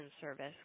service